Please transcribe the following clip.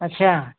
अच्छा